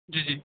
जी जी